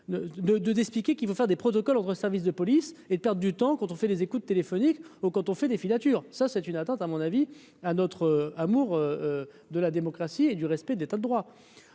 de de d'expliquer qu'il faut faire des protocoles entre services de police et de perte du temps quand on fait des écoutes téléphoniques ou quand on fait des filatures, ça c'est une atteinte à mon avis à notre amour de la démocratie et du respect de l'État de droit,